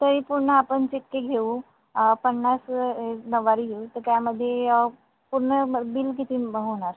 तरी पूर्ण आपण सिक्सटी घेऊ पन्नास नववारी घेऊ तर त्यामध्ये अ पूर्ण बिल किती होणार